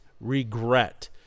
regret